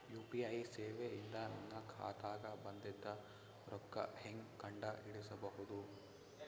UPI ಸೇವೆ ಇಂದ ನನ್ನ ಖಾತಾಗ ಬಂದಿದ್ದ ರೊಕ್ಕ ಹೆಂಗ್ ಕಂಡ ಹಿಡಿಸಬಹುದು?